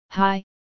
Hi